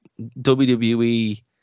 WWE